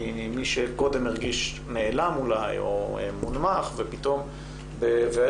מי שקודם הרגיש נאלם אולי או מונמך אגב,